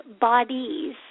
bodies